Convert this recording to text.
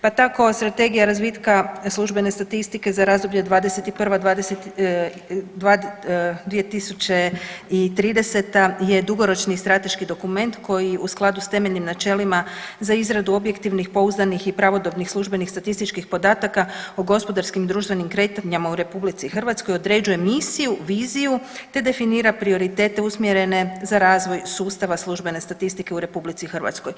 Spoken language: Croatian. Pa tako Strategija razvitka službene statistike za razdoblje 2021.-2030. je dugoročni strateški dokument u koji u skladu s temeljnim načelima za izradu objektivnih, pouzdanih i pravodobnih službenih statističkih podataka o gospodarskim društvenim kretanjima u RH određuje misiju, viziju te definira prioritete usmjerene za razvoj sustava službene statistike u RH.